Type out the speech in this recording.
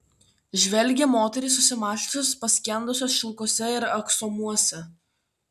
žvelgia moterys susimąsčiusios paskendusios šilkuose ir aksomuose